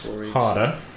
harder